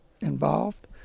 involved